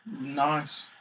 Nice